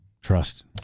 trust